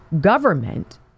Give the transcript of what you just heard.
government